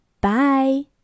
Bye